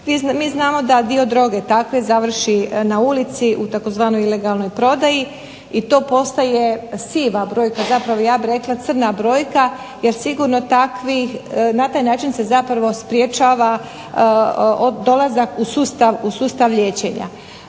Mi znamo da dio droge takve završi na ulici u tzv. ilegalnoj prodaji, i to postaje siva brojka, zapravo ja bih rekla crna brojka jer sigurno takvih, na taj način se zapravo sprječava dolazak u sustav liječenja.